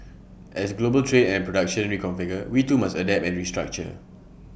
as global trade and production reconfigure we too must adapt and restructure